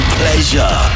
pleasure